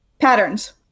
patterns